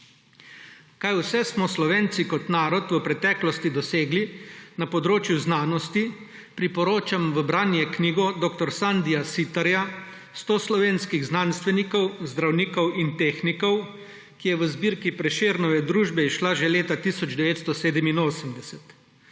Kaj vse smo Slovenci kot narod v preteklosti dosegli na področju znanosti, priporočam v branje knjigo dr. Sandija Sitarja Sto slovenskih znanstvenikov, zdravnikov in tehnikov, ki je v zbirki Prešernove družbe izšla že leta 1987.